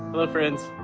hello, friends.